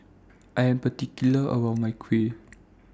I Am particular about My Kuih